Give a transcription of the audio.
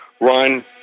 run